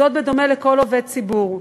זאת בדומה לכל עובד ציבור.